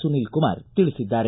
ಸುನೀಲ್ ಕುಮಾರ್ ತಿಳಿಸಿದ್ದಾರೆ